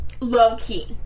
low-key